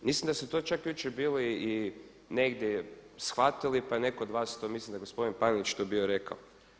Mislim da ste to čak jučer bili i negdje shvatili pa je netko od vas to, mislim da je gospodin Panenić to bio rekao.